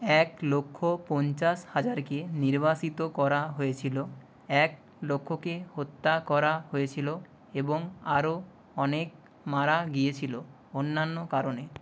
এক লক্ষ পঞ্চাশ হাজারকে নির্বাসিত করা হয়েছিল এক লক্ষকে হত্যা করা হয়েছিল এবং আরও অনেক মারা গিয়েছিল অন্যান্য কারণে